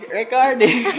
recording